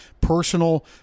personal